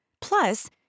Plus